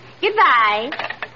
Goodbye